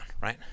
right